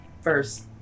first